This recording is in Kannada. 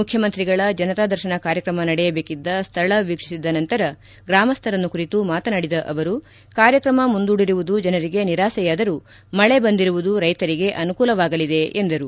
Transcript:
ಮುಖ್ಯಮಂತ್ರಿಗಳ ಜನತಾ ದರ್ಶನ ಕಾರ್ಯಕ್ರಮ ನಡೆಯಬೇಕಿದ್ದ ಸ್ಥಳ ವೀಕ್ಷಿಸಿದ ನಂತರ ಗ್ರಾಮಸ್ಥರನ್ನು ಕುರಿತು ಮಾತನಾಡಿದ ಅವರು ಕಾರ್ಯಕ್ರಮ ಮುಂದೂಡಿರುವುದು ಜನರಿಗೆ ನಿರಾಸೆಯಾದರೂ ಮಳೆ ಬಂದಿರುವುದು ರೈತರಿಗೆ ಅನುಕೂಲವಾಗಲಿದೆ ಎಂದರು